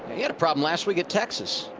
he had a problem last week in texas,